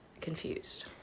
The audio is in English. confused